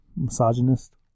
misogynist